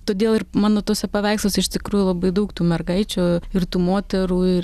todėl ir mano tuose paveiksluose iš tikrųjų labai daug tų mergaičių ir tų moterų ir